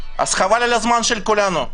חבל על הזמן של כולנו.